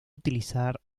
utilizar